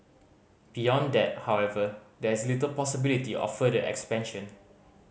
beyond that however there is little possibility of further expansion